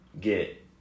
get